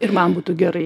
ir man būtų gerai